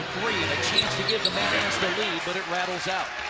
to give the mad ants the lead, but it rattles out.